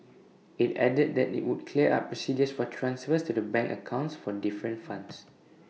IT added that IT would clear up procedures for transfers to the bank accounts for different funds